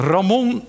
Ramon